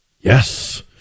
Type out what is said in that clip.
yes